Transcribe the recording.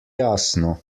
jasno